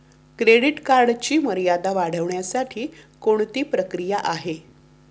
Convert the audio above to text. Credit कार्डची मर्यादा वाढवण्यासाठी कोणती प्रक्रिया आहे?